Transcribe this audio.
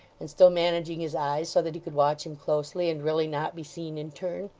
and still managing his eyes so that he could watch him closely, and really not be seen in turn,